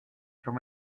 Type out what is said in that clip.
from